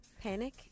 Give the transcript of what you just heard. panic